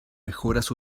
mejoras